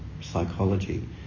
psychology